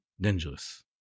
dangerous